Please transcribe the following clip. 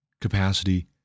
capacity